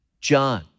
John